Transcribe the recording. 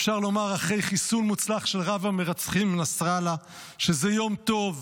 אפשר לומר אחרי חיסול מוצלח של רב-המרצחים נסראללה שזה יום טוב,